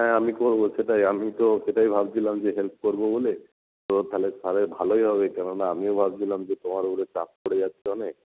হ্যাঁ আমি করবো সেটাই আমি তো সেটাই ভাবছিলাম যে হেল্প করবো বলে তো তাহলে তাহলে ভালোই হবে কেননা আমিও ভাবছিলাম যে তোমার উপরে চাপ পড়ে যাচ্ছে অনেক